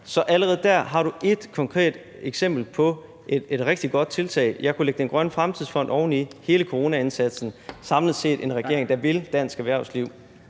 Så allerede der har du et konkret eksempel på et rigtig godt tiltag. Jeg kunne lægge Danmarks Grønne Fremtidsfond oven i; hele coronaindsatsen. Samlet set er det en regering, der vil dansk erhvervsliv.